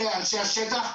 אלה אנשי השטח.